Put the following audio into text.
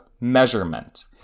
measurement